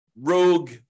rogue